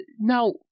Now